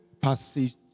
passage